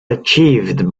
achieved